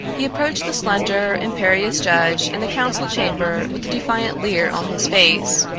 he approached the slender, imperious judge in the council-chamber with a defiant leer on his face.